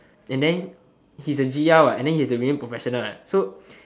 and then he's a g_l what and then he has to remain professional what so